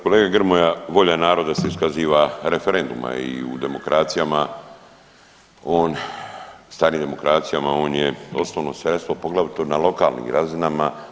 Kolega Grmoja volja naroda se iskazuje referendumom i u demokracijama on, starim demokracijama on je osnovno sredstvo poglavito na lokalnim razinama.